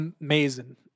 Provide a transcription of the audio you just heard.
amazing